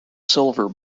silver